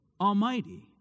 Almighty